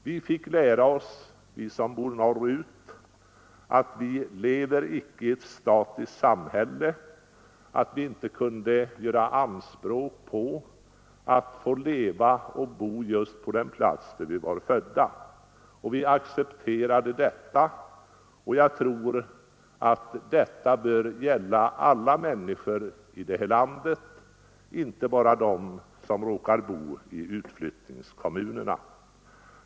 Vi fick lära, vi som bor norröver, att vi inte lever i ett statiskt samhälle, att vi inte kunde göra anspråk på att få leva och bo just på den plats där vi är födda. Vi accepterade detta, och jag tror att detta bör gälla alla människor i det här landet, inte bara dem som råkar bo i utflyttningskommunerna.